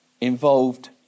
involved